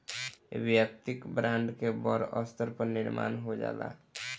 वैयक्तिक ब्रांड के बड़ स्तर पर निर्माण हो जाला